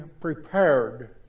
prepared